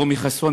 טומי חסון,